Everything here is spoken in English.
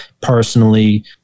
personally